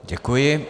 Děkuji.